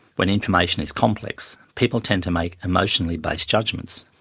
when information is complex people tend to make emotionally-based judgments,